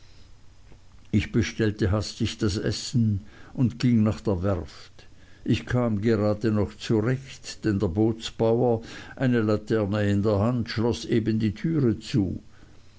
ich bestellte hastig das essen und ging nach der werft ich kam gerade noch zurecht denn der bootbauer eine laterne in der hand schloß eben die türe zu